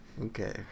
okay